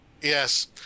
Yes